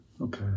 Okay